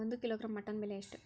ಒಂದು kilogram mutton ಬೆಲೆ ಎಷ್ಟ್?